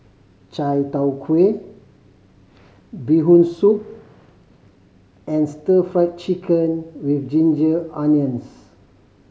Chai Tow Kuay Bee Hoon Soup and Stir Fried Chicken With Ginger Onions